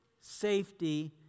safety